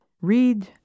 read